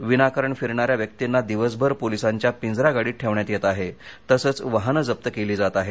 विना कारण फिरणाऱ्या व्यक्तींना दिवसभर पोलिसांच्या पिंजरा गाडीत ठेवण्यात येत आहे तसंच वाहनं जप्त केली जात आहेत